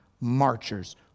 marchers